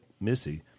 Missy